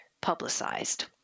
publicized